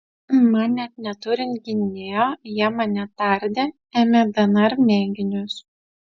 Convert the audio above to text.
man net neturint gynėjo jie mane tardė ėmė dnr mėginius